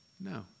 no